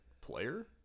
player